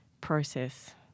process